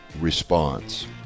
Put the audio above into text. response